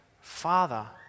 Father